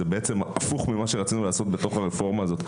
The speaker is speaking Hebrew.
זה בעצם הפוך ממה שרצינו לעשות בתוך הרפורמה הזו.